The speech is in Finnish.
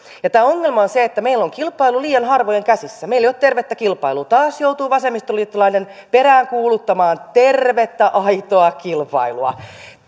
tämä ongelma on se että meillä on kilpailu liian harvojen käsissä meillä ei ole tervettä kilpailua taas joutuu vasemmistoliittolainen peräänkuuluttamaan tervettä aitoa kilpailua